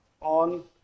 on